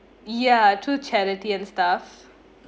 ya through charity and stuff